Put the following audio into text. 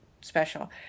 special